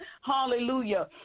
hallelujah